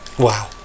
Wow